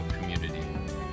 community